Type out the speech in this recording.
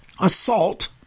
assault